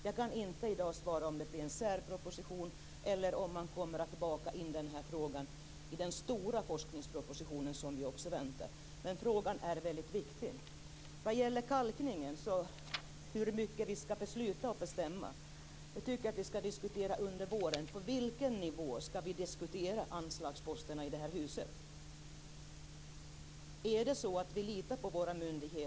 Jag kan inte i dag svara på om det blir en särproposition eller om man kommer att baka in frågan i den stora forskningsproposition som vi också väntar. Men frågan är väldigt viktig. Kalkningen och frågan om hur mycket vi skall besluta och bestämma tycker jag att vi skall diskutera under våren. På vilken nivå skall vi diskutera anslagsposterna i det här huset? Litar vi på våra myndigheter?